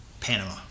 Panama